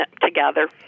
together